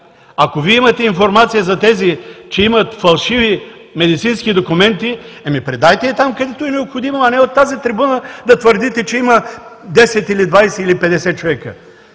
Ако Вие имате информация за тези, че имат фалшиви медицински документи, предайте я там, където е необходимо, а не от тази трибуна да твърдите, че има 10, 20 или 50 човека.